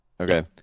Okay